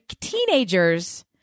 Teenagers